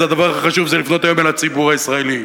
והדבר הכי חשוב זה לפנות היום אל הציבור הישראלי,